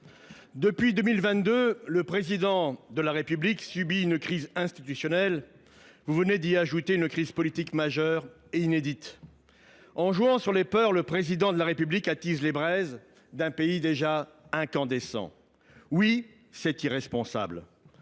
Depuis 2022, le Président de la République subit une crise institutionnelle. Vous venez d’y ajouter une crise politique majeure et inédite. Oui ! En jouant sur les peurs, le Président de la République attise les braises d’un pays déjà incandescent. Oui, c’est irresponsable